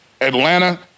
Atlanta